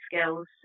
skills